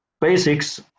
basics